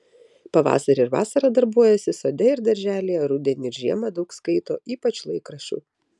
pavasarį ir vasarą darbuojasi sode ir darželyje rudenį ir žiemą daug skaito ypač laikraščių